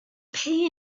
pay